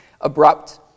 Abrupt